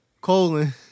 colon